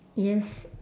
yes